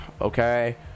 okay